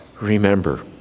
Remember